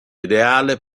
ideale